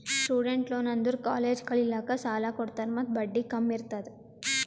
student loan ಅಂದುರ್ college ಕಲಿಲ್ಲಾಕ್ಕ್ ಸಾಲ ಕೊಡ್ತಾರ ಮತ್ತ ಬಡ್ಡಿ ಕಮ್ ಇರ್ತುದ್